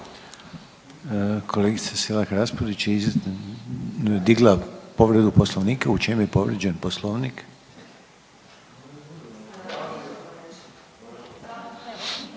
Kolegica Selak Raspudić je digla povredu poslovnika. U čemu je povrijeđen poslovnik?